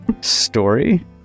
story